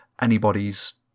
anybody's